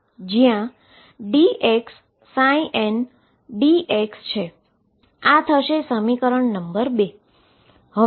જ્યાં d x ndx છે આ થશે સમીકરણ નંબર ૨ છે